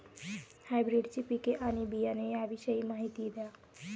हायब्रिडची पिके आणि बियाणे याविषयी माहिती द्या